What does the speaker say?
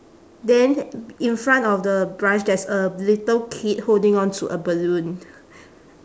then in front of the branch there's a little kid holding on to a balloon